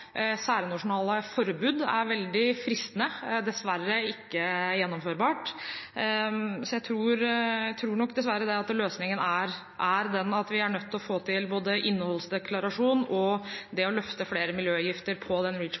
særnasjonale forbud er veldig fristende, men dessverre ikke gjennomførbart. Jeg tror nok dessverre at løsningen er den at vi er nødt til å gjøre dette i hele EU – både innholdsdeklarasjon og det å løfte flere miljøgifter på denne REACH-forordningslisten. Vi har litt den